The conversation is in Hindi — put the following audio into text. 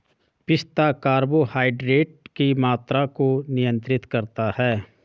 पिस्ता कार्बोहाइड्रेट की मात्रा को नियंत्रित करता है